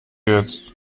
jetzt